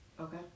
Okay